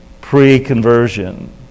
pre-conversion